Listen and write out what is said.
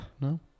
No